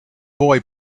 boy